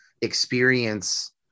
experience